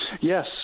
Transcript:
Yes